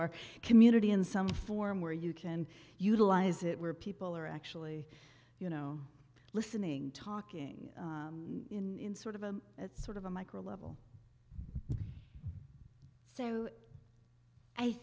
our community in some form where you can utilize it where people are actually you know listening talking in sort of a sort of a micro level so i